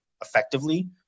effectively